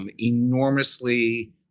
Enormously